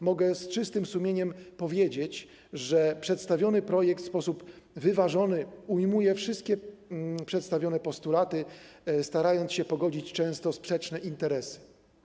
Mogę z czystym sumieniem powiedzieć, że przedstawiony projekt w sposób wyważony ujmuje wszystkie przedstawione postulaty, starając się pogodzić często sprzeczne interesy.